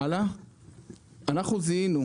אנחנו זיהינו,